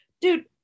dude